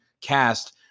cast